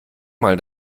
mal